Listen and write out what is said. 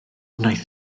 wnaeth